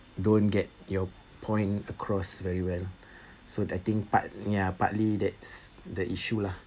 don't get your point across very well so I think part ya partly that's the issue lah